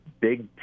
Big